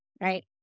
right